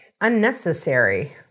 unnecessary